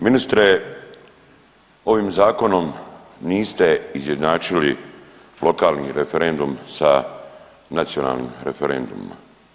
Ministre ovim zakonom niste izjednačili lokalni referendum sa nacionalnim referendumima.